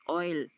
oil